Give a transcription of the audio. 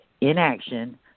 inaction